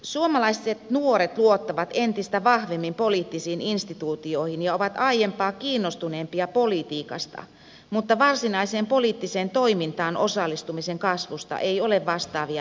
suomalaiset nuoret luottavat entistä vahvemmin poliittisiin instituutioihin ja ovat aiempaa kiinnostuneempia politiikasta mutta varsinaiseen poliittiseen toimintaan osallistumisen kasvusta ei ole vastaavia merkkejä